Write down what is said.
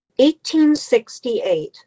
1868